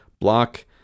Block